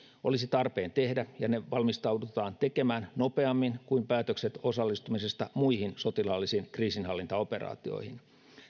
olisi tarpeen tehdä ja ne valmistaudutaan tekemään nopeammin kuin päätökset osallistumisesta muihin sotilaallisiin kriisinhallintaoperaatioihin